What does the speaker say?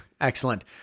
Excellent